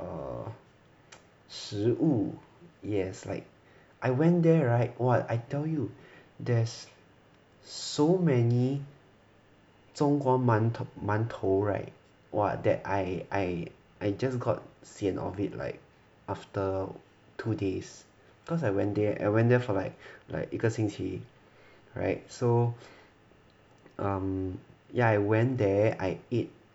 err 食物 it has like I went there [right] !wah! I tell you there's so many 中国馒馒头 [right] !wah! that I I I just got sian of it like after two days cause I went there I went there for like like 一个星期 [right] so um ya I went there I ate